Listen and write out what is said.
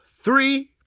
three